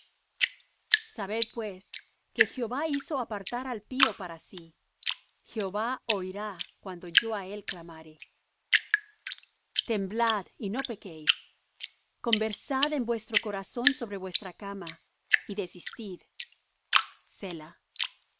sabed pues que jehová hizo apartar al pío para sí jehová oirá cuando yo á él clamare temblad y no pequéis conversad en vuestro corazón sobre vuestra cama y desistid